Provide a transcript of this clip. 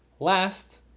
Last